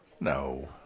No